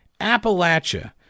Appalachia